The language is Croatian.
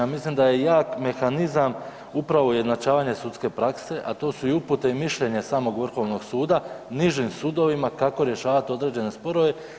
Mislim da je jak mehanizam upravo ujednačavanje sudske prakse, a to su i upute i mišljenje samog Vrhovnog suda nižim sudovima kako rješavati određene sporove.